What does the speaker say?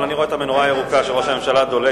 אבל אני רואה את המנורה הירוקה של ראש הממשלה דולקת.